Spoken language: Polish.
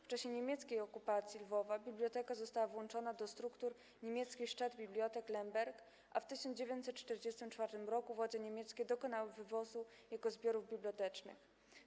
W czasie niemieckiej okupacji Lwowa biblioteka została włączona do struktur niemieckiej Staatbibliothek Lemberg, a w 1944 r. władze niemieckie dokonały wywozu jego zbiorów bibliotecznych.